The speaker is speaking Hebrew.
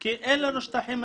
כי אין לנו מספיק שטחים.